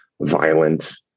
violent